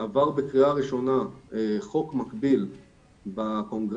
עבר בקריאה ראשונה חוק מקביל בקונגרס,